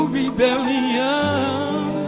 rebellion